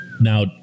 Now